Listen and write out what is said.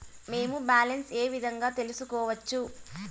మేము బ్యాలెన్స్ ఏ విధంగా తెలుసుకోవచ్చు?